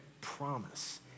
promise